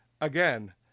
again